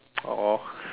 !aww!